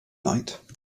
night